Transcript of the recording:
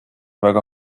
väga